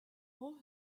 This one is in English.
all